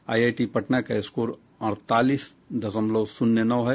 IIT Patna का score अड़तालीस दशमलव शून्य नौ है